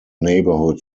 neighborhood